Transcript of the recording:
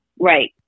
Right